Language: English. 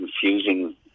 confusing